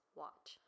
watch